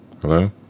Hello